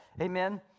Amen